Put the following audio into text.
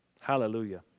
Hallelujah